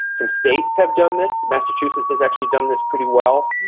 some states have done this. massachusetts has actually done this pretty well.